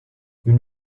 une